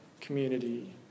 community